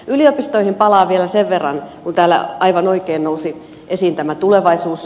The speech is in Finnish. yliopistoihin palaan vielä sen verran kun täällä aivan oikein nousi esiin tulevaisuus